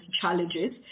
challenges